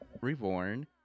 reborn